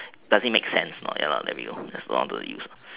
does it make sense ya let me know because I want to use